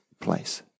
place